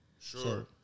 sure